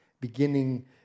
beginning